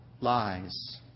lies